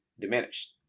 diminished